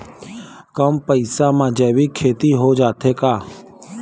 कम पईसा मा जैविक खेती हो जाथे का?